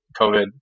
COVID